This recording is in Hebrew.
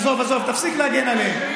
עזוב, עזוב, תפסיק להגן עליהם.